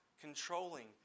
Controlling